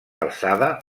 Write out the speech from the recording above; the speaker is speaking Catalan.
alçada